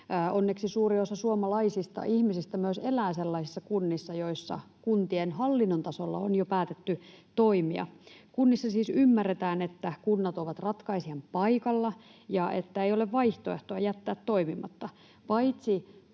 Onneksi myös suuri osa suomalaisista ihmisistä elää sellaisissa kunnissa, joissa kuntien hallinnon tasolla on jo päätetty toimia. Kunnissa siis ymmärretään, että kunnat ovat ratkaisijan paikalla ja että ei ole vaihtoehtoa jättää toimimatta